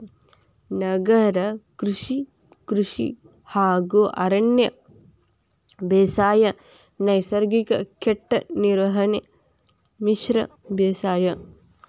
ನಗರ ಕೃಷಿ, ಕೃಷಿ ಹಾಗೂ ಅರಣ್ಯ ಬೇಸಾಯ, ನೈಸರ್ಗಿಕ ಕೇಟ ನಿರ್ವಹಣೆ, ಮಿಶ್ರ ಬೇಸಾಯ